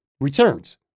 returns